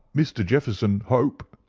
mr. jefferson hope,